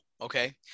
Okay